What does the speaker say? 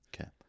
Okay